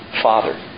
Father